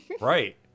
Right